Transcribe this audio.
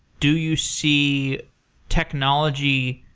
do you see technology